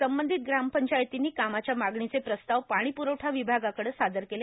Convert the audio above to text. संबंधित ग्रामपंचायतींनी कामाच्या मागणीचे प्रस्ताव पाणीप्ररवठा विभागाकडं सादर केले